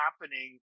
happening